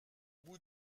bout